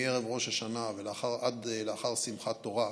מערב ראש השנה ועד לאחר שמחת תורה,